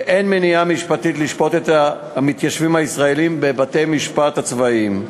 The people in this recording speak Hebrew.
ואין מניעה משפטית לשפוט את המתיישבים הישראלים בבתי-המשפט הצבאיים.